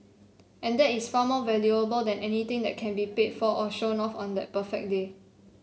and that is far more valuable than anything that can be paid for or shown off on that perfect day